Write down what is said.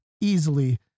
easily